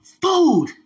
food